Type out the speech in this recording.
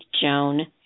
Joan